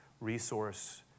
resource